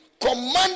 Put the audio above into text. command